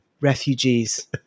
refugees